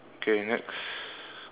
K next